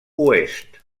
oest